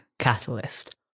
catalyst